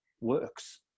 works